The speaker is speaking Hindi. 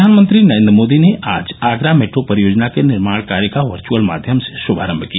प्रधानमंत्री नरेंद्र मोदी ने आज आगरा मेट्रो परियोजना के निर्माण कार्य का वर्च्अल माध्यम से श्भारंभ किया